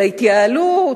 של ההתייעלות,